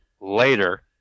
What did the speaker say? later